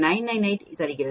998 தருகிறது